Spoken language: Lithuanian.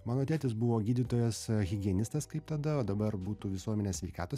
mano tėtis buvo gydytojas higienistas kaip tada o dabar būtų visuomenės sveikatos